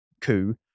coup